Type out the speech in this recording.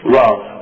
love